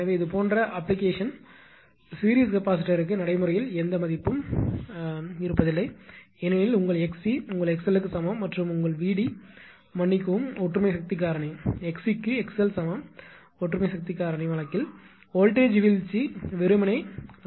எனவே இது போன்ற அப்ளிகேஷன் சீரிஸ் கெபாசிட்டர்க்கு நடைமுறையில் எந்த மதிப்பும் இல்லை ஏனெனில் உங்கள் 𝑥𝑐 உங்கள் 𝑥𝑙 க்கு சமம் மற்றும் உங்கள் VD மன்னிக்கவும் ஒற்றுமை சக்தி காரணி 𝑥𝑐 க்கு 𝑥𝑙 சமம் ஒற்றுமை சக்தி காரணி வழக்கில் வோல்ட்டேஜ் வீழ்ச்சி வெறுமனே 𝐼𝑅